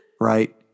right